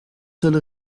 sols